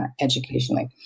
educationally